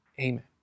Amen